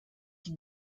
die